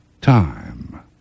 time